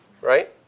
right